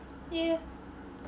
yeah